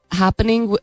happening